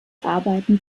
arbeiten